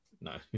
no